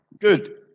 Good